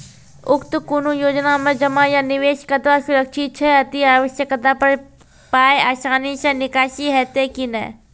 उक्त कुनू योजना मे जमा या निवेश कतवा सुरक्षित छै? अति आवश्यकता पर पाय आसानी सॅ निकासी हेतै की नै?